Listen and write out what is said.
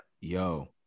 yo